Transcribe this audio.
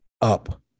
up